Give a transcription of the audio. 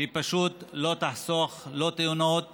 פשוט לא יחסכו, לא תאונות